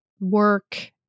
work